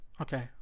Okay